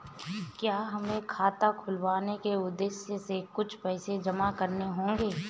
क्या हमें खाता खुलवाने के उद्देश्य से कुछ पैसे जमा करने होंगे?